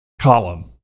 column